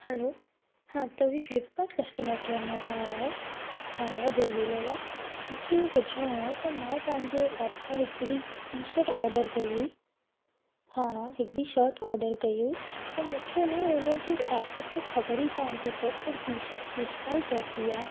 hello तव्हां Flipkart customer care मां था ॻाल्हायो हा भाउ जय झूलेलाल मूंखे इहो पुछणो आहे त मां तव्हांजे ऐप में हिकिड़ी टी शर्ट ऑडर कई हुई हा हा हिकिड़ी शर्ट ऑडर कई हुई त मूंखे न उन जी ऐप ते ख़बर ई कोन थी पए त टी शर्ट केसि ताईं पहुती आहे